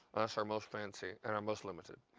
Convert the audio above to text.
our most fancy and our most limited.